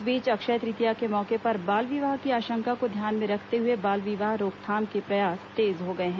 इस बीच अक्षय तृतीया के मौके पर बाल विवाह की आशंका को ध्यान में रखते हुए बाल विवाह रोकथाम के प्रयास तेज हो गए हैं